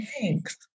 thanks